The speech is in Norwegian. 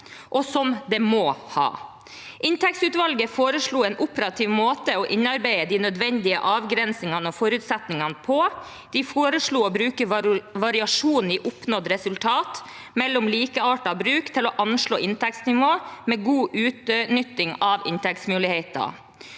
og må ha. Inntektsutvalget foreslo en operativ måte å innarbeide de nødvendige avgrensingene og forutsetningene på. De foreslo å bruke variasjon i oppnådd resultat mellom likeartede bruk til å anslå inntektsnivå, med god utnytting av inntektsmuligheter.